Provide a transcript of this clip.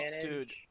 Dude